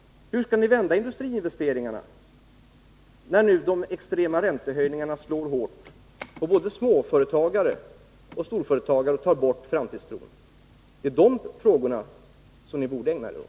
Hur skall ni vända industriinvesteringarna, när de extrema räntehöjningarna nu slår hårt mot både småföretagare och storföretagare och tar bort framtidstron? Det är de frågorna som ni borde ägna er åt.